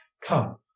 Come